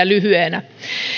lyhyenä